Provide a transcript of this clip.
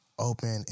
open